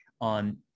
on